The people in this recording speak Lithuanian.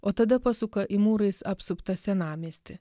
o tada pasuka į mūrais apsuptą senamiestį